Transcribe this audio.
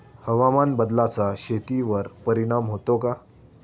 हवामान बदलाचा शेतीवर परिणाम होतो का?